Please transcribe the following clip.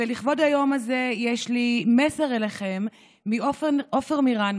ולכבוד היום הזה יש לי מסר אליכם מעופר מרין,